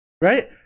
Right